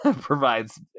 provides